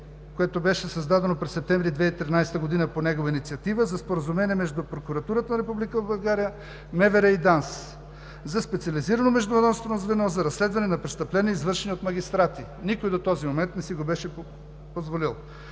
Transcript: което беше създадено през септември 2013 г. по негова инициатива, за споразумение между прокуратурата на Република България, МВР и ДАНС за специализирано междуведомствено звено за разследване на престъпления, извършени от магистрати. Никой до този момент не си го беше позволил.